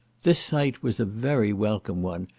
this sight was a very welcome one,